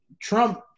Trump